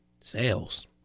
sales